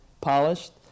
polished